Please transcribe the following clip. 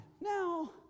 Now